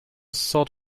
sod